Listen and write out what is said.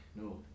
No